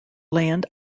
land